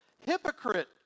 hypocrite